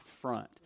front